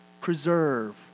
preserve